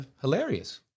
hilarious